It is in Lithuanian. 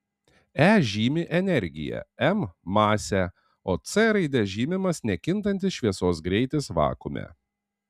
e žymi energiją m masę o c raide žymimas nekintantis šviesos greitis vakuume